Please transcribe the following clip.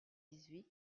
huit